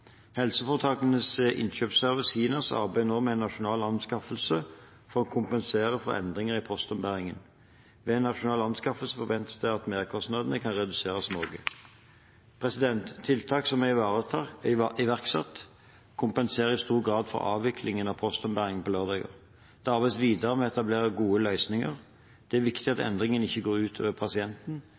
Helseforetakenes innkjøpsservice, HINAS, arbeider nå med en nasjonal anskaffelse for å kompensere for endringene i postombæringen. Ved en nasjonal anskaffelse forventes det at merkostnadene kan reduseres noe. Tiltak som er iverksatt, kompenserer i stor grad for avviklingen av postombæringen på lørdager. Det arbeides videre med å etablere gode løsninger. Det er viktig at endringene ikke går ut over pasienten.